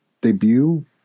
debut